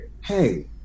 hey